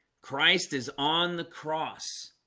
christ is on the cross